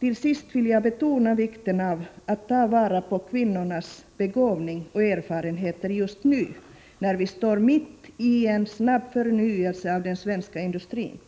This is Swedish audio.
Till sist vill jag betona vikten av att ta vara på kvinnornas begåvning och erfarenheter just nu, när vi står mitt i en snabb förnyelse av den svenska industrin.